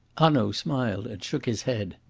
hanaud smiled and shook his head.